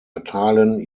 erteilen